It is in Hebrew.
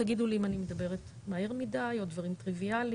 תגידו לי אם אני מדברת מהר מידי או דברים טריוויאליים.